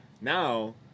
now